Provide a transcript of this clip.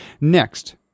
Next